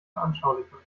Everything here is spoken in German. veranschaulichung